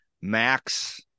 max